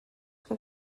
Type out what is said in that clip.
que